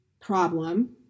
problem